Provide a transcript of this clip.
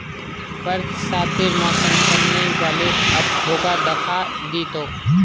बरसातेर मौसम चनइ व ले, अब घोंघा दखा दी तोक